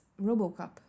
RoboCop